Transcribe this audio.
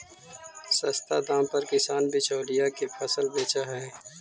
सस्ता दाम पर किसान बिचौलिया के फसल बेचऽ हइ